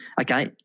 okay